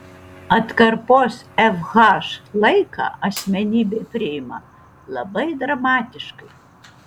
atkarpos fh laiką asmenybė priima labai dramatiškai